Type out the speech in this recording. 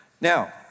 Now